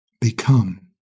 become